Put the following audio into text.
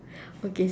okay